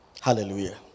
Hallelujah